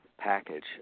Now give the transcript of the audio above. package